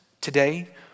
today